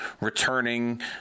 returning